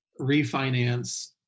refinance